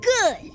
good